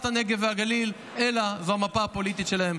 הנגב והגליל אלא זאת המפה הפוליטית שלהם.